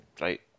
Right